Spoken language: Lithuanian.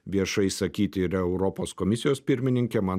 viešai išsakyti ir europos komisijos pirmininkė man